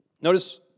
Notice